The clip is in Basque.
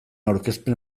aurkezpen